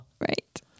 Right